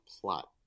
plot